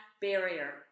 barrier